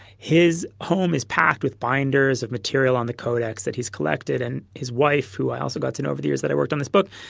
his home is packed with binders of material on the codex that he's collected and his wife, who i also got to know over the years that i worked on this book,